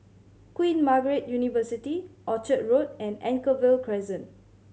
Queen Margaret University Orchard Road and Anchorvale Crescent